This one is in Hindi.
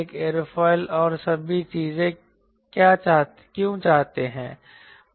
आप एरोफिल और सभी चीजें क्यों चाहते हैं